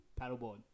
paddleboard